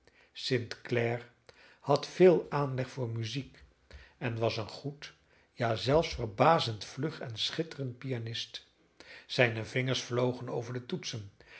clare had veel aanleg voor muziek en was een goed ja zelfs verbazend vlug en schitterend pianist zijne vingers vlogen over de toetsen